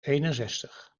eenenzestig